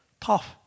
tough